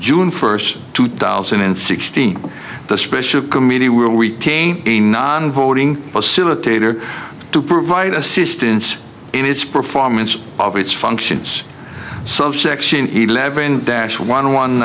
june first two thousand and sixteen the special committee will retain a non voting facilitator to provide assistance in its performance of its functions subsection eleven dash one one